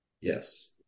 Yes